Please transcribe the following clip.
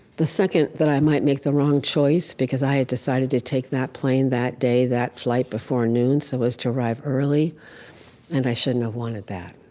the second that i might make the wrong choice, because i had decided to take that plane that day, that flight, before noon, so as to arrive early and, i shouldn't have wanted that.